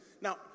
Now